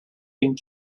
being